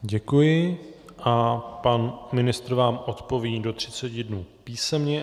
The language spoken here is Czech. Děkuji a pan ministr vám odpoví do 30 dnů písemně.